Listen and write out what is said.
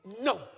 no